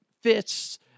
fists